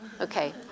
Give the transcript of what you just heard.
Okay